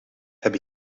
heb